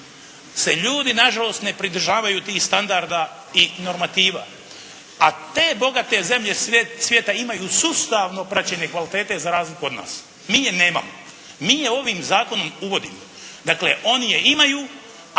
se ljudi nažalost ne pridržavaju tih standarda i normativa. A te bogate zemlje svijeta imaju sustavno praćenje kvalitete za razliku od nas. Mi je nemamo. Mi je ovim zakonom uvodimo. Dakle oni je imaju, a